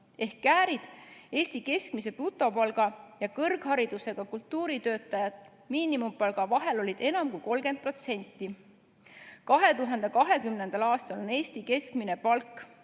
Käärid Eesti keskmise brutopalga ja kõrgharidusega kultuuritöötajate miinimumpalga vahel olid seega enam kui 30%. 2020. aastal oli Eesti keskmine palk